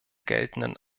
geltenden